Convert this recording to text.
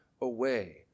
away